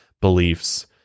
beliefs